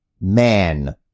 man